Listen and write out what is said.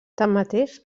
tanmateix